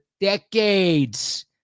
decades